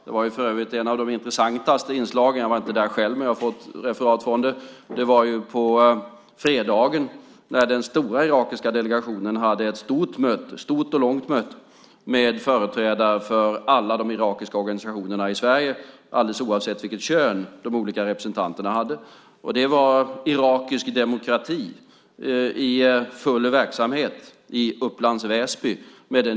Ett av de intressantaste inslagen var för övrigt - jag var inte där själv, men jag har fått referat från det - på fredagen när den stora irakiska delegationen hade ett stort och långt möte med företrädare för alla de irakiska organisationerna i Sverige, alldeles oavsett vilket kön de olika representanterna hade. Det var irakisk demokrati - dialog - i full verksamhet i Upplands Väsby.